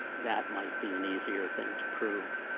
that might be an easier thing to prove.